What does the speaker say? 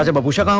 and babhusha!